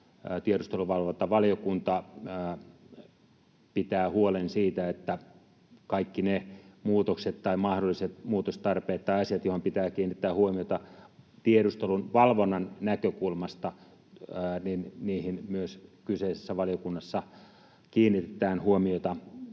tiedusteluvalvontavaliokunta pitää huolen siitä, että kaikkiin niihin muutoksiin tai mahdollisiin muutostarpeisiin tai asioihin, joihin pitää kiinnittää huomiota tiedustelun valvonnan näkökulmasta, kyseisessä valiokunnassa myös kiinnitetään huomiota.